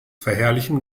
verherrlichen